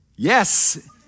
Yes